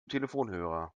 telefonhörer